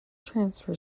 transfer